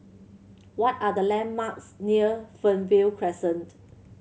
what are the landmarks near Fernvale Crescent